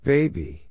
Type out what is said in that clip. Baby